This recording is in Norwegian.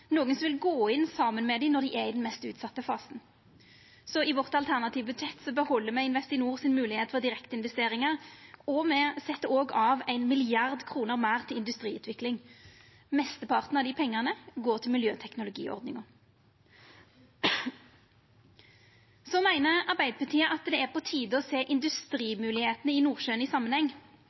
nokon som vil gå inn saman med dei når dei er i den mest utsette fasen. Så i vårt alternative budsjett beheld me Investinor sin moglegheit for direkteinvesteringar, og me set òg av ein milliard kroner meir til industriutvikling. Mesteparten av dei pengane går til miljøteknologiordninga. Arbeidarpartiet meiner det er på tide å sjå industrimoglegheitene i Nordsjøen i samanheng.